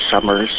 Summers